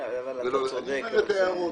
אני אומר את ההערות.